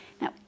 Now